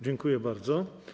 Dziękuję bardzo.